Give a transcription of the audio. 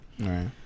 right